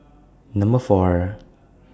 Number four